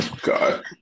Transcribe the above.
God